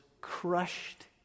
crushed